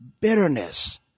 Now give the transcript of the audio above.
bitterness